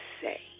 say